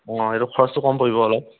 অঁ এইটো খৰচটো কম পৰিব অলপ